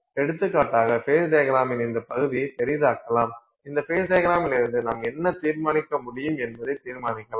எடுத்துக்காட்டாக ஃபேஸ் டையக்ரமின் இந்த பகுதியை பெரிதாக்கலாம் இந்த ஃபேஸ் டையக்ரமிலிருந்து நாம் என்ன தீர்மானிக்க முடியும் என்பதை தீர்மானிக்கலாம்